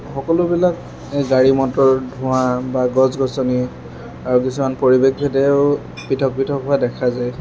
সকলোবিলাক গাড়ী মটৰ ধোঁৱা বা গছ গছনি আৰু কিছুমান পৰিৱেশ ভেদেও পৃথক পৃথক হোৱা দেখা যায়